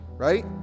right